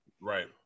Right